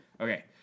okay